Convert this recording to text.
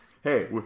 Hey